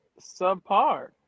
subpar